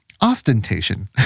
ostentation